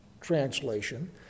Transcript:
translation